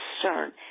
concern